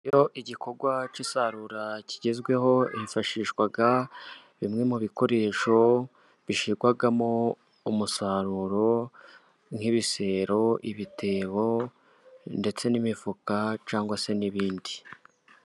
Iyo igikorwa cy'isarura kigezweho hifashishwa, bimwe mu bikoresho bishyirwamo umusaruro, nk'ibisero, ibitebo ndetse n'imifuka cg se n'ibindi.